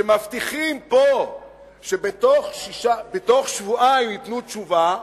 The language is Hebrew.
שמבטיחים פה שבתוך שבועיים ייתנו תשובה,